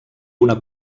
una